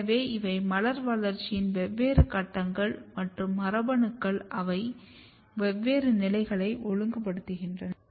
எனவே இவை மலர் வளர்ச்சியின் வெவ்வேறு கட்டங்கள் மற்றும் மரபணுக்கள் அவை வெவ்வேறு நிலைகளை ஒழுங்குபடுத்துகின்றன